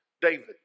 David